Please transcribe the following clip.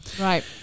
right